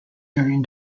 during